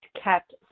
kept